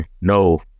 no